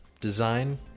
design